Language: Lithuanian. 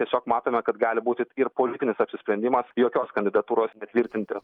tiesiog matome kad gali būti ir politinis apsisprendimas jokios kandidatūros netvirtinti